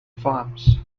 farms